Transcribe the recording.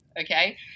Okay